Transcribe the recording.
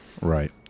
Right